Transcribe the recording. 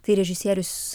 tai režisierius